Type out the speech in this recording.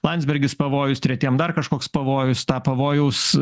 landsbergis pavojus tretiem dar kažkoks pavojus tą pavojaus